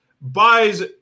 Buys